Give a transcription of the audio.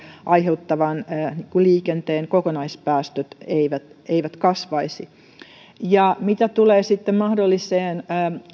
aiheuttavan liikenteen kokonaispäästöt eivät eivät kasvaisi ja mitä tulee sitten mahdolliseen